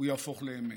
הוא יהפוך לאמת.